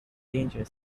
danger